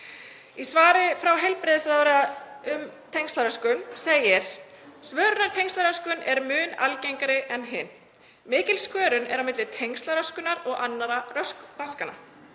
Í svari frá heilbrigðisráðherra um tengslaröskun segir: „Svörunartengslaröskun er mun algengari en hin. […] Mikil skörun er milli tengslaröskunar og annarra raskana